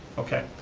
okay,